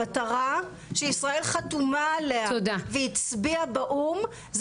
המטרה שישראל חתומה עליה והצביעה באו"ם,